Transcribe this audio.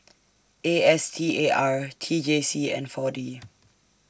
A S T A R T J C and four D